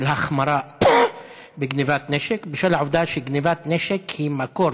החמרה בגנבת נשק בשל העובדה שגנבת נשק היא מקור,